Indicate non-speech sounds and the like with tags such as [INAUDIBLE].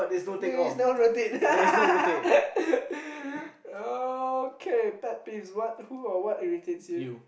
please no rotates [LAUGHS] okay pet peeves what who or what irritates you